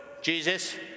Jesus